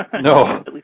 No